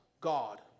God